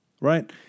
right